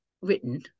written